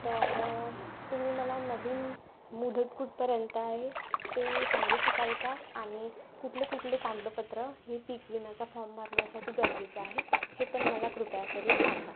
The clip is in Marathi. तर तुम्ही मला नवीन मुदत कुठ पर्यंत आहे ते सांगू शकाल का आणि कुठले कुठले कागदपत्र हे पीक विम्याचा फॉर्म भरण्यासाठी गरजेचं आहे हे पण मला कृपा करून सांगा